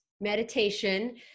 meditation